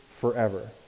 forever